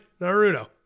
Naruto